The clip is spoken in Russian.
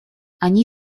они